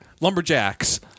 Lumberjacks